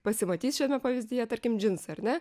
pasimatys šiame pavyzdyje tarkim džinsai ar ne